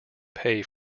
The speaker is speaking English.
pay